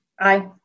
Aye